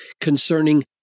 concerning